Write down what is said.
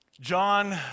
John